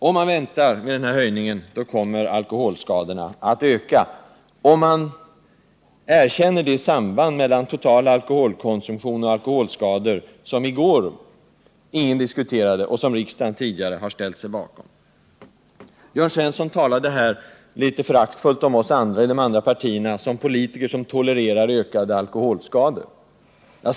Väntar man med en prishöjning, så kommer alkoholskadorna att öka — om man erkänner det samband mellan total alkoholkonsumtion och alkoholskador som alla var överens om i går och som stämmer med den uppfattning som riksdagen tidigare har ställt sig bakom. Jörn Svensson talade här litet föraktfullt om oss i de andra partierna, som politiker som tolererar ökade alkoholskador.